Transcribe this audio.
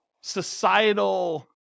societal